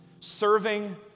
serving